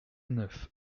neuf